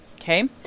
Okay